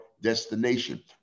destination